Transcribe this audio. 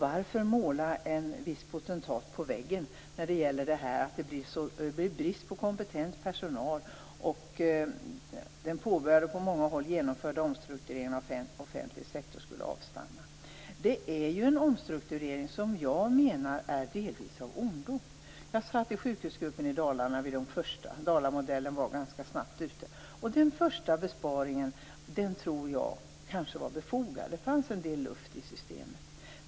Varför måla en viss potentat på väggen och säga att det blir brist på kompetent personal och att den påbörjade och på många håll genomförda omstruktureringen av offentlig sektor skulle avstanna? Det är ju en omstrukturering som jag menar delvis är av ondo. Jag satt i Sjukhusgruppen i Dalarna, som var en av de första. Dalamodellen var ganska snabbt ute. Den första besparingen tror jag kanske var befogad. Det fanns en del luft i systemet.